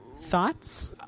Thoughts